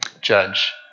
Judge